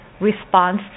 Response